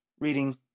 reading